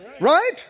Right